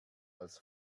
als